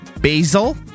Basil